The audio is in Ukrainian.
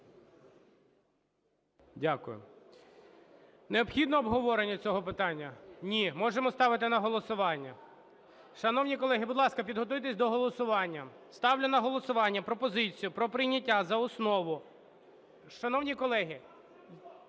Дякую. Необхідно обговорення цього питання? Ні. Можемо ставити на голосування? Шановні колеги, будь ласка, підготуйтесь до голосування. Ставлю на голосування пропозицію про прийняття за основу… Шановні колеги,